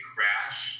Crash